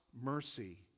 mercy